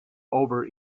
over